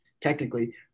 technically